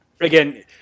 again